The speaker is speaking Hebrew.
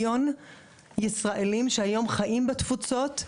מדובר בכמיליון ישראלים שהיום חיים בתפוצות.